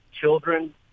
children